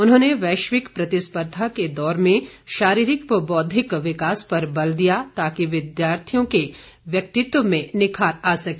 उन्होंने वैश्विक प्रतिस्पर्धा के दौर में शारीरिक व बौद्विक विकास पर बल दिया ताकि विद्यार्थी के व्यक्तित्व में निखार आ सके